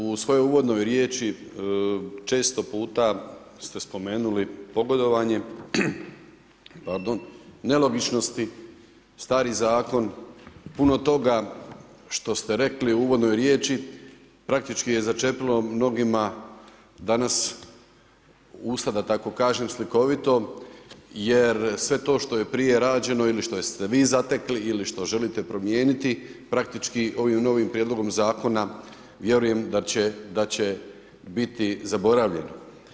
U svojoj uvodnoj riječi, često puta, ste spomenuli pogodovanje, nelogičnosti, stari zakon, puno toga, što ste rekli u uvodnoj riječi, praktički je začepilo mnogima, danas, usta, da tako kažem, slikovito, jer sve to što je prije rađeno ili što ste vi zatekli, ili što želite promijeniti, praktički, ovim novim prijedlogom zakona, vjerujem da će biti zaboravljen.